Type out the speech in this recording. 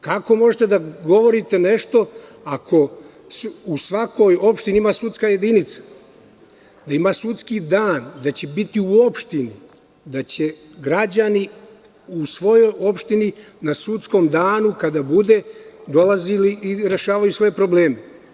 Kako možete da govorite nešto, ako u svakoj opštini ima sudska jedinica, da ima sudski dan, da će biti u opštini, da će građani u svojoj opštini na sudskom danu, kada bude, dolaze da rešavaju svoje probleme?